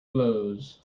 blows